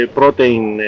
protein